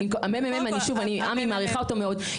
הממ"מ, עמי, אני מעריכה אותו מאוד.